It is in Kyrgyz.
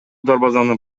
дарбазаны